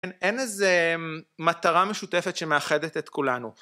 אין איזה מטרה משותפת שמאחדת את כולנו.